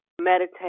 meditate